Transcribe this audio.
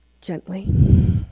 gently